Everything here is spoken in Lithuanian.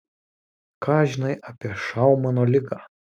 ką žinai apie šaumano ligą